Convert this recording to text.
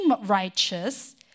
righteous